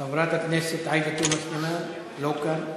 חברת הכנסת עאידה תומא סלימאן, לא כאן.